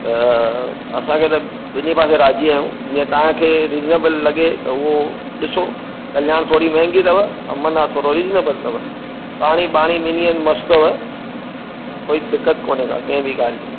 त असांखे त ॿिन्हीं पासे राज़ी आहियूं जीअं तव्हांखे रीजनेबल लॻे त उहो ॾिसो कल्याण थोरी महांगी अथव अंबरनाथ थोरो रीजनेबल अथव पाणी पाणी ॿिन्हीं हंधु मस्तु अथव कोई दिक़त कोने का कंहिं बि ॻाल्हि जी